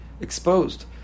exposed